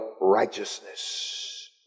righteousness